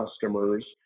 customers